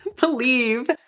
believe